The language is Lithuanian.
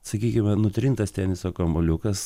sakykime nutrintas teniso kamuoliukas